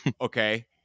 okay